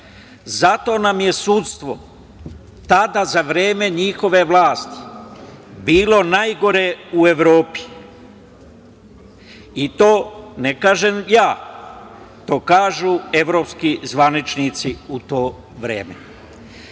Zato nam je sudstvo, tada za vreme njihove vlasti, bilo najgore u Evropi. To ne kažem ja, to kažu evropski zvaničnici u to